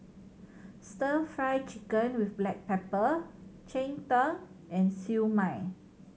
Stir Fry Chicken with black pepper cheng tng and Siew Mai